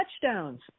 touchdowns